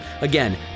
Again